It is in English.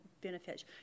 benefits